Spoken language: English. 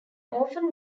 often